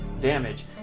damage